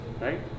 right